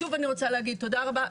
שוב אני רוצה להגיד תודה רבה,